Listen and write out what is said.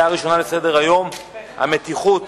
הנושא הראשון: המתיחות